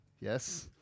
Yes